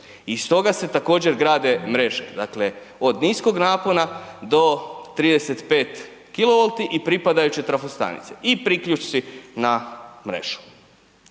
iz toga se također grade mreže, dakle od niskog napona do 35 kW i pripadajuće trafostanice i priključci na mrežu.